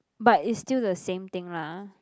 but it's still the same thing lah